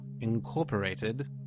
Incorporated